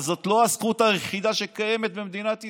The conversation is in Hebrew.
אבל זאת לא הזכות היחידה שקיימת במדינת ישראל,